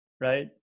right